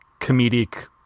comedic